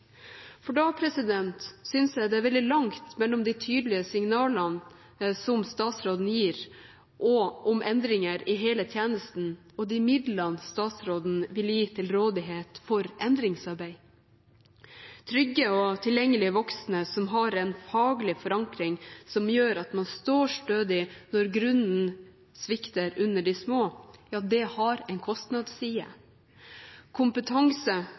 for da synes jeg det er veldig langt mellom de tydelige signalene som statsråden gir om endringer i hele tjenesten, og de midlene statsråden vil stille til rådighet for endringsarbeid. Trygge og tilgjengelige voksne som har en faglig forankring som gjør at man står stødig når grunnen svikter under de små, har en kostnadsside. Kompetanse,